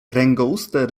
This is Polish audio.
kręgouste